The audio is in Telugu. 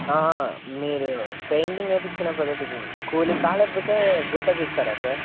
ఆహా మీరు పెయింటింగ్ వేయించుకునే పనికి కూలికాా లేపోతే గుట్టకి ఇస్తారా సార్